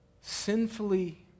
sinfully